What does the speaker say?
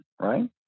Right